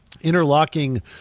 interlocking